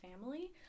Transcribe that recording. family